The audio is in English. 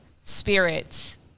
spirits